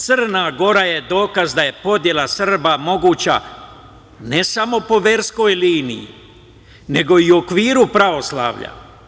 Crna Gora je dokaz da je podela Srba moguća ne samo po verskoj liniji, nego i u okviru pravoslavlja.